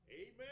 Amen